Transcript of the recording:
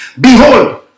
Behold